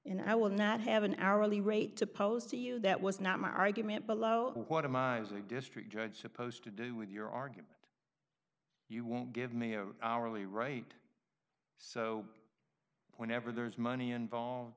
and i will not have an hourly rate to post to you that was not my argument below what a miser the district judge supposed to do with your argument you won't give me a hourly rate so whenever there's money involved